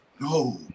No